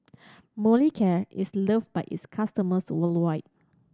Molicare is loved by its customers worldwide